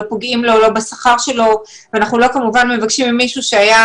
פוגעים בשכר שלו וכמובן לא מבקשים ממישהו שהיה